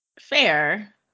fair